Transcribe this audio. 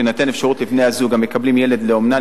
תינתן האפשרות לבני-הזוג המקבלים ילד לאומנה,